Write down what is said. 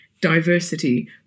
diversity